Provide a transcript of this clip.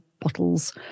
bottles